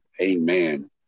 Amen